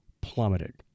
plummeted